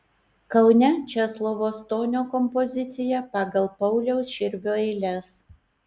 kaune česlovo stonio kompozicija pagal pauliaus širvio eiles